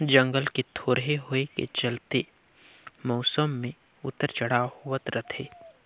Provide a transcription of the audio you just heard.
जंगल के थोरहें होए के चलते मउसम मे उतर चढ़ाव होवत रथे